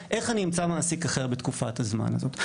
איך אני אמצא מעסיק אחר בתקופת הזמן הזאת.